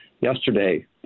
yesterday